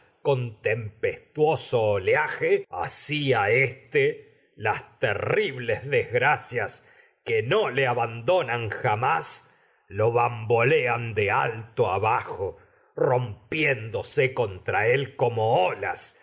las tempestuoso oleaje que a éste terribles desgracias no le abandonan jamás lo bambolean él como de alto abajo rompiéndose contra de donde olas